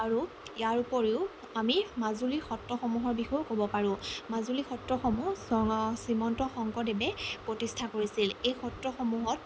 আৰু ইয়াৰ উপৰিও আমি মাজুলিৰ সত্ৰসমূহৰ বিষয়েই ক'ব পাৰো মাজুলী সত্ৰসমূহ শ্ৰীমন্ত শংকৰদেৱে প্ৰতিষ্ঠা কৰিছিল এই সত্ৰসমূহত